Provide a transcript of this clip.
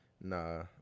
nah